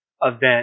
event